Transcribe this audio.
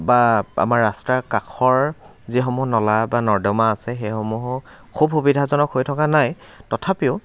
বা আমাৰ ৰাস্তাৰ কাষৰ যিসমূহ নলা বা নৰ্দমা আছে সেইসমূহো খুব সুবিধাজনক হৈ থকা নাই তথাপিও